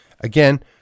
Again